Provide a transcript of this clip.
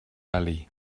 wely